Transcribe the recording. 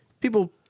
people